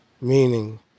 meaning